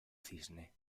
cisne